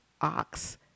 ox